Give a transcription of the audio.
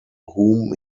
whom